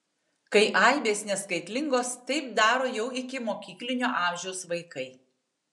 kai aibės neskaitlingos taip daro jau ikimokyklinio amžiaus vaikai